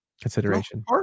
consideration